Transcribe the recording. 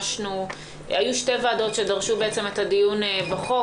היו שתי ועדות שדרשו את הדיון בחוק.